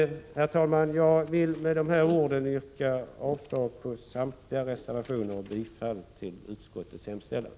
Herr talman! Med dessa ord vill jag yrka avslag på samtliga reservationer och bifall till utskottets hemställan.